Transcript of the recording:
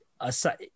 aside